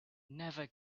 never